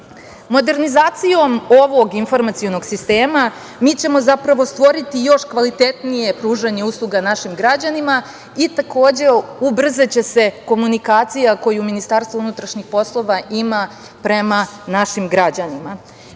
Modernizacijom ovog informacionog sistema mi ćemo zapravo stvoriti još kvalitetnije pružanje usluga našim građanima i takođe ubrzaće se komunikacija koju MUP ima prema naših građanima,